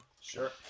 Sure